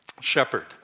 Shepherd